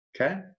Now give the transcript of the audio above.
Okay